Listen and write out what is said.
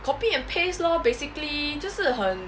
copy and paste lor basically 就是很